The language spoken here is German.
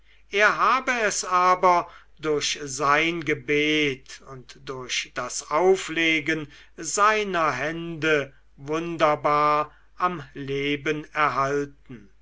er habe es aber durch sein gebet und durch das auflegen seiner hände wunderbar am leben erhalten